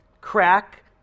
crack